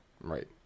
Right